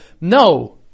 no